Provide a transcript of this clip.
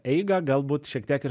eigą galbūt šiek tiek ir